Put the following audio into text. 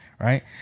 right